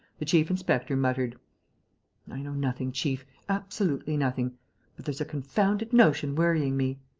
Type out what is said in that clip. the chief-inspector muttered i know nothing, chief, absolutely nothing but there's a confounded notion worrying me.